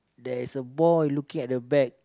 there is a boy looking at the back